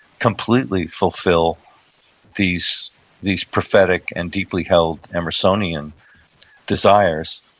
completely fulfill these these prophetic and deeply held emersonian desires.